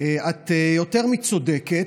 את יותר מצודקת.